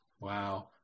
Wow